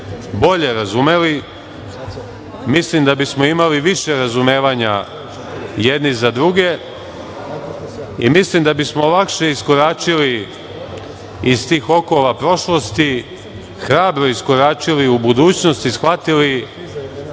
bolje razumeli, mislim da bismo imali više razumevanja jedni za druge i mislim da bismo lakše iskoračili iz tih okova prošlosti, hrabro iskoračili u budućnost i shvatili